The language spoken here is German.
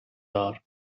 dar